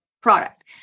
product